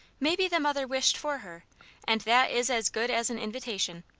maybe the mother wished for her and that is as good as an invitation